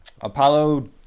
Apollo